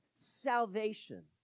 salvation